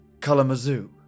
kalamazoo